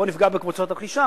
בואו נפגע בקבוצות הרכישה.